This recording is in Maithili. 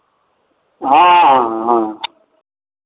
हँ हँ